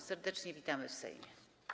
Serdecznie witamy w Sejmie.